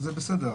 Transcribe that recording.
זה בסדר.